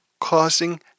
causing